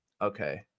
Okay